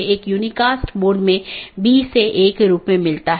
एक IBGP protocol है जो कि सब चीजों से जुड़ा हुआ है